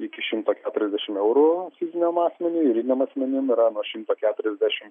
iki šimto keturiasdešim eurų fiziniam asmeniui juridiniem asmenim yra nuo šimto keturiasdešim